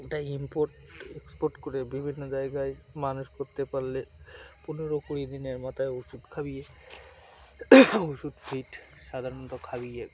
এটা import export করে বিভিন্ন জায়গায় মানুষ করতে পারলে পনেরো কুড়ি দিনের মাথায় ওষুধ খাবিয়ে ওষুধ ফিট সাধারণত খাবিয়ে